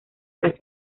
clase